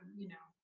you know,